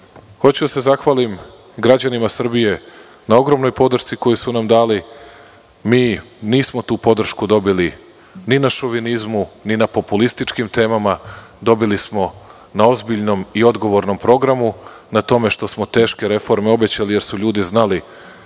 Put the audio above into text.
da se zahvalim građanima Srbije na ogromnoj podršci koju su nam dali. Mi nismo tu podršku dobili ni na šovinizmu, ni na populističkim temama, već smo je dobili na ozbiljnom i odgovornom programu, na tome što smo teške reforme obećali, jer su ljudi znali